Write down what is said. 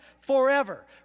forever